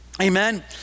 Amen